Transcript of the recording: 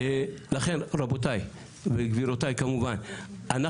לכן רבותיי וגבירותיי כמובן,